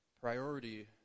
priority